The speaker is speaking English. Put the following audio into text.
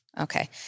Okay